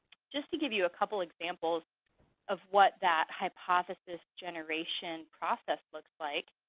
just to give you a couple examples of what that hypothesis generation process looks like.